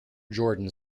jordan